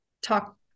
talk